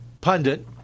pundit